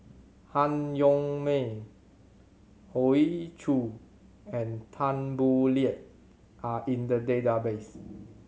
Han Yong May Hoey Choo and Tan Boo Liat are in the database